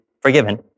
forgiven